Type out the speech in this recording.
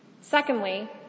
Secondly